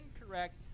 incorrect